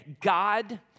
God